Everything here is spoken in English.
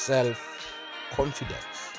Self-confidence